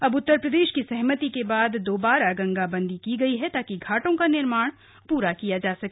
अब उत्तर प्रदेश की सहमति के बाद दोबारा गंगाबंदी की गई है ताकि घाटों का निर्माण पूरा किया जा सके